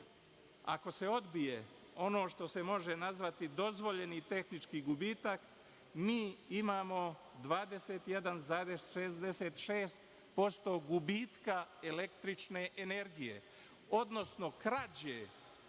Ako se odbije ono što se može nazvati dozvoljeni tehnički gubitak, mi imamo 21,66% gubitka električne energije, odnosno krađe